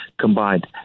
combined